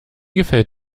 gefällt